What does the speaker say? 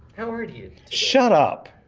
how are you. shut up.